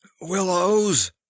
Willows